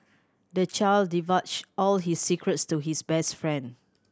the child divulged all his secrets to his best friend